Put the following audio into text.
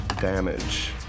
damage